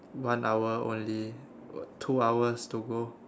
one hour only two hours to go